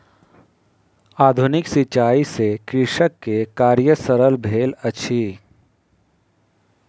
आधुनिक सिचाई से कृषक के कार्य सरल भेल अछि